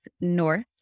north